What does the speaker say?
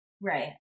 Right